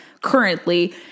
currently